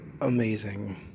amazing